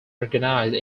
organized